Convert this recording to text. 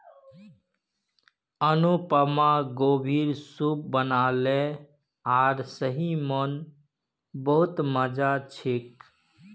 अनुपमा गोभीर सूप बनाले आर सही म न बहुत मजा छेक